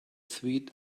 sweet